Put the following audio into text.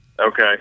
Okay